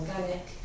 Organic